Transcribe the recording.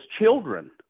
children